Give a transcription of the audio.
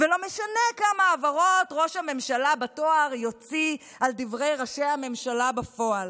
ולא משנה כמה הבהרות ראש הממשלה בתואר יוציא על דברי ראשי הממשלה בפועל.